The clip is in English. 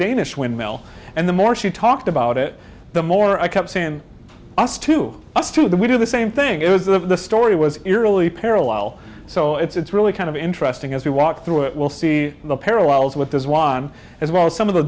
danish windmill and the more she talked about it the more i kept saying us to us to the we do the same thing is the story was eerily parallel so it's really kind of interesting as we walk through it we'll see the parallels with this one as well as some of the